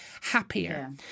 happier